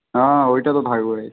হ্যাঁ ওইটা তো থাকবেই